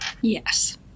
Yes